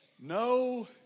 No